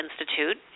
Institute